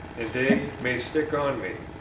and they may stick on me,